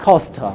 Cost